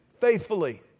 faithfully